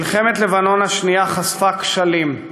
מלחמת לבנון השנייה חשפה כשלים,